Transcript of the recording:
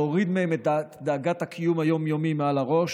להוריד מהם את דאגת הקיום היום-יומי מעל הראש